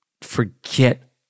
forget